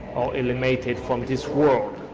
are eliminated from this world!